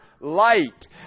light